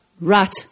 right